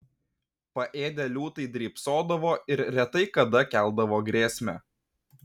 paėdę liūtai drybsodavo ir retai kada keldavo grėsmę